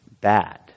bad